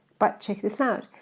but check this out,